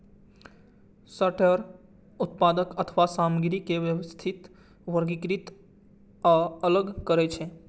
sorter उत्पाद अथवा सामग्री के व्यवस्थित, वर्गीकृत आ अलग करै छै